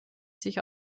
sich